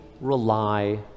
rely